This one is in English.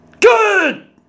Good